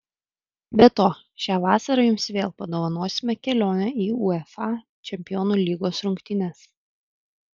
be to šią vasarą jums vėl padovanosime kelionę į uefa čempionų lygos rungtynes